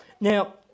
Now